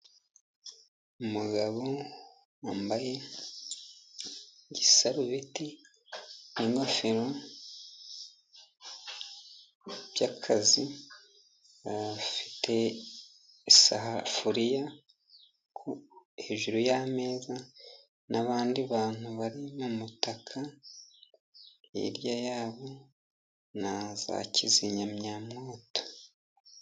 Umugabo wambaye igisarubeti n'ingofero by'akazi. Afite isafuriya hejuru y'ameza, n'abandi bantu bari mu mutaka hirya yabo, na za kizimyamoto.